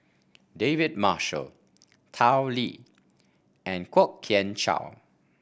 David Marshall Tao Li and Kwok Kian Chow